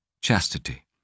chastity